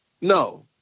No